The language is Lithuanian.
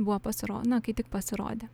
buvo pasiro na kai tik pasirodė